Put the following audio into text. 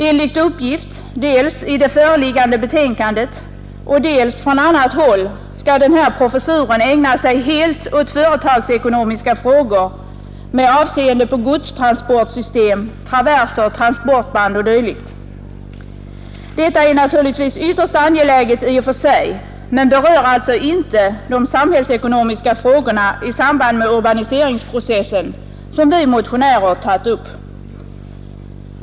Enligt uppgift, dels i föreliggande betänkande och dels från annat håll, skall denna professur ägna sig helt åt företagsekonomiska frågor med avseende på godstransportsystem, traverser, transportband o. d. Detta är naturligtvis ytterst angeläget i och för sig men berör alltså inte de samhällsekonomiska frågorna i samband med urbaniseringsprocessen, som vi motionärer tagit upp.